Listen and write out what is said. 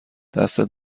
دستت